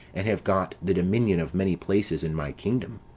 and have got the dominion of many places in my kingdom.